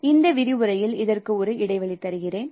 எனவே இந்த விரிவுரையில் இதற்கு ஒரு இடைவெளி தருகிறேன்